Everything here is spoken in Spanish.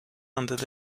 antes